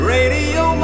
Radio